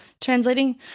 translating